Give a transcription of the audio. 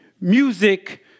music